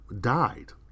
died